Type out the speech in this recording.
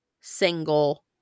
single